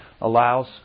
allows